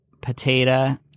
potato